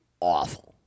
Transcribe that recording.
awful